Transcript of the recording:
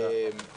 תודה.